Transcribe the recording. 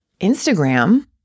Instagram